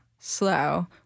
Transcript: Slow